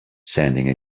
sending